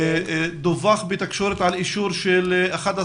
דווח בתקשורת על אישור של 11